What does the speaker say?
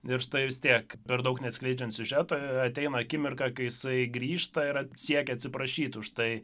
ir štai vis tiek per daug neatskleidžiant siužeto ateina akimirka kai jisai grįžta ir siekia atsiprašyti už tai